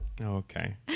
okay